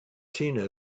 tina